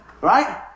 right